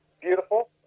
beautiful